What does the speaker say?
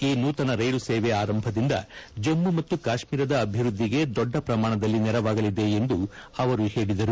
ಈ ನೂತನ ರೈಲು ಸೇವೆ ಆರಂಭದಿಂದ ಜಮ್ಮು ಮತ್ತು ಕಾಶ್ಮೀರದ ಅಭಿವೃದ್ದಿಗೆ ದೊಡ್ಡ ಪ್ರಮಾಣದಲ್ಲಿ ನೆರವಾಗಲಿದೆ ಎಂದು ಅವರು ಹೇಳಿದರು